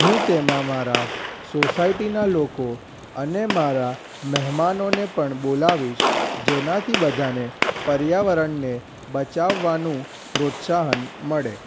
હું તેમાં મારા સોસાયટીના લોકો અને મારા મહેમાનોને પણ બોલાવીશ જેનાથી બધાંને પર્યાવરણને બચાવવાનું પ્રોત્સાહન મળે